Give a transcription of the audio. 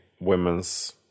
women's